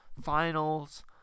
Finals